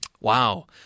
Wow